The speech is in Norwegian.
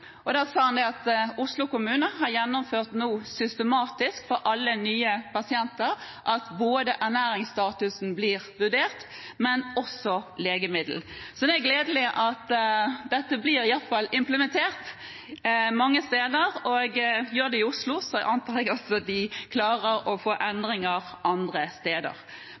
og da sa han at Oslo kommune nå har gjennomført systematisk for alle nye pasienter at ernæringsstatusen blir vurdert, men også legemidlene. Så det er gledelig at dette blir implementert mange steder, iallfall, og gjør de det i Oslo, antar jeg også at de klarer å få endringer andre steder.